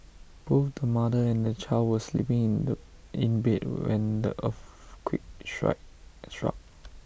both the mother and the child were sleeping in the in bed when the earthquake struck